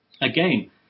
Again